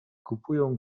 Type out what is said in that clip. kupują